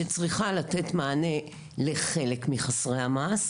שצריכה לתת מענה לחלק מחסרי המעש.